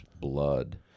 blood